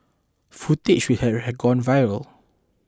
footage which had gone viral